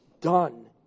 done